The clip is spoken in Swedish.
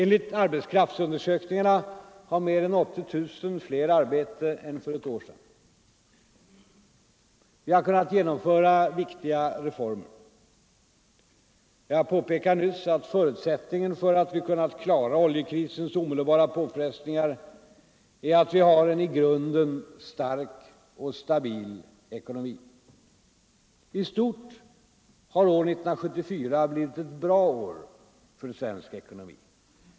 Enligt arbetskraftsundersökningarna har mer än 80 000 fler arbete än för ett år sedan. Vi har kunnat genomföra viktiga reformer. Jag påpekade nyss att förutsättningen för att vi kunnat klara oljekrisens omedelbara påfrestningar är att vi har en i grunden stark och stabil ekonomi. I stort har år 1974 blivit ett bra år för svensk ekonomi.